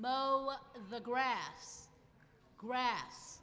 mow the grass grass